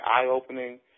eye-opening